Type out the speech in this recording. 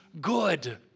good